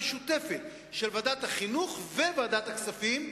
בוועדה משותפת של ועדת החינוך וועדת הכספים,